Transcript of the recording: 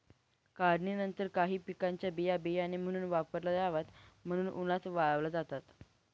काढणीनंतर काही पिकांच्या बिया बियाणे म्हणून वापरता याव्यात म्हणून उन्हात वाळवल्या जातात